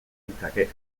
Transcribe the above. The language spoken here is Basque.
ditzake